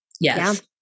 yes